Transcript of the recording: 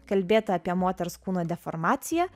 kalbėta apie moters kūno deformaciją